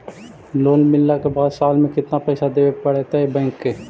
Loan मिलला के बाद साल में केतना पैसा देबे पड़तै बैक के?